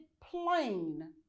plain